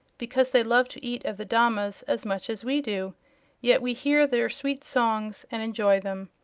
because they love to eat of the damas as much as we do yet we hear their sweet songs and enjoy them.